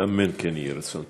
אמן כן יהיה רצון.